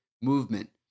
movement